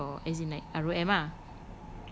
ustaz or as in like R_O_M ah